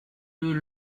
deux